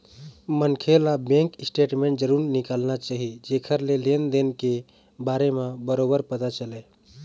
मनखे ल bank statement जरूर निकालना चाही जेखर ले लेन देन के बारे म बरोबर पता चलय